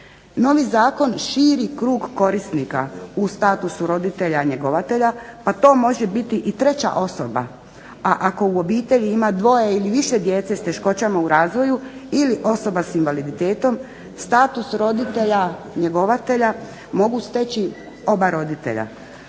Novi zakon širi krug korisnika u status roditelja njegovatelja pa to može biti i treća osoba. A ako u obitelji ima dvoje ili više djece sa teškoćama u razvoju ili osoba sa invaliditetom status roditelja njegovatelja mogu steći oba roditelja.